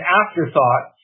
afterthought